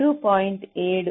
7 Naperian base